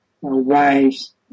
wives